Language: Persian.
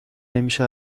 نمیشه